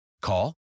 Call